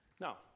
Now